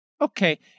Okay